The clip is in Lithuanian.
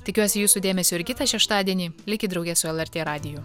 tikiuosi jūsų dėmesio ir kitą šeštadienį likit drauge su lrt radiju